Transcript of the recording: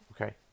Okay